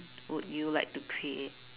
would you like to create